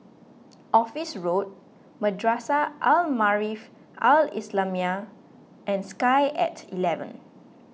Office Road Madrasah Al Maarif Al Islamiah and Sky at eleven